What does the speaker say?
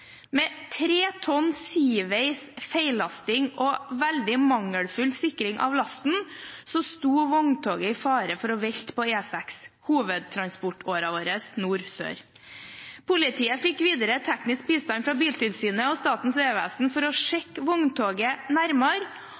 Med tre tonn sideveis feillasting og veldig mangelfull sikring av lasten sto vogntoget i fare for å velte på E6, vår hovedtransportåre nord–sør. Politiet fikk videre teknisk bistand fra Biltilsynet og Statens vegvesen for å sjekke vogntoget nærmere,